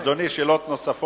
השר,